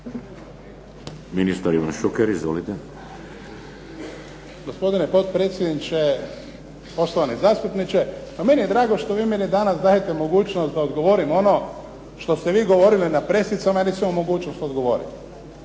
Ministar Radovan Fuchs, izvolite.